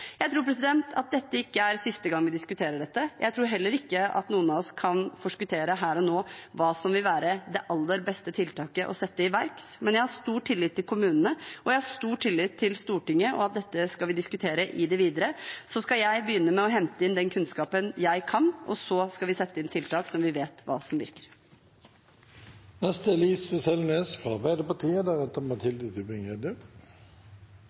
Jeg tror ikke dette er siste gang vi diskuterer dette. Jeg tror heller ikke at noen av oss kan forskuttere her og nå hva som vil være det aller beste tiltaket å sette i verk, men jeg har stor tillit til kommunene, og jeg har stor tillit til Stortinget, og dette skal vi diskutere i det videre. Så skal jeg begynne med å hente inn den kunnskapen jeg kan, og så skal vi sette inn tiltak når vi vet hva som